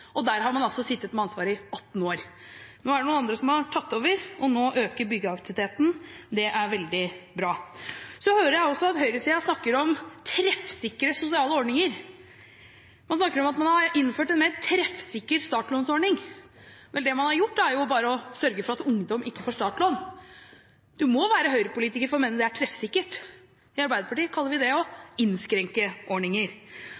og der har man altså sittet med ansvaret i 18 år. Nå er det noen andre som har tatt over, og nå øker byggeaktiviteten. Det er veldig bra. Jeg hører også at man fra høyresiden snakker om treffsikre sosiale ordninger. Man snakker om at man har innført en mer treffsikker startlånsordning. Vel, det man har gjort, er jo å sørge for at ungdom ikke får startlån. Man må være høyrepolitiker for å mene at det er treffsikkert. I Arbeiderpartiet kaller vi det å innskrenke ordninger.